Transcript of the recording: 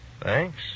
Thanks